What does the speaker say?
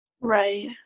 Right